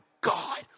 god